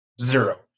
zero